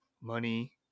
money